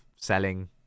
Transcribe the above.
selling